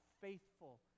faithful